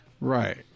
Right